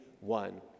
one